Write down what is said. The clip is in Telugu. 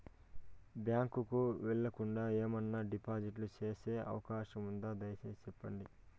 బ్యాంకు కు వెళ్లకుండా, ఏమన్నా డిపాజిట్లు సేసే అవకాశం ఉందా, దయసేసి సెప్పండి?